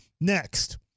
next